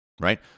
right